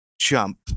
jump